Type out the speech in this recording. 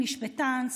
משפטן,